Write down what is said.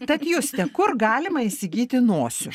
tad juste kur galima įsigyti nosių